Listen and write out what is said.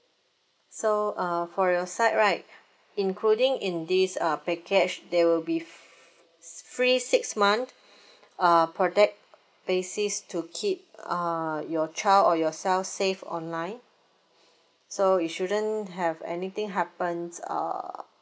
so uh for your side right including in this uh package there will be f~ free six month uh protect basis to keep uh your child or yourself safe online so it shouldn't have anything happens uh